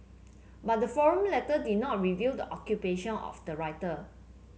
but the forum letter did not reveal the occupation of the writer